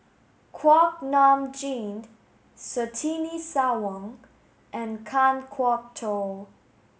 Kuak Nam Jin Surtini Sarwan and Kan Kwok Toh